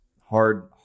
hard